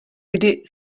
kdy